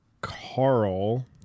Carl